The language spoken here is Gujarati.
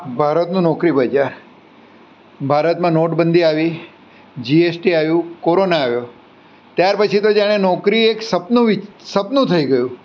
ભારતનું નોકરી બજાર ભારતમાં નોટબંધી આવી જીએસટી આવ્યું કોરોનો આવ્યો ત્યાર પછી તો જાણે નોકરી એક સ્વપ્ન સપ સપનું થઈ ગયું